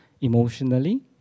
emotionally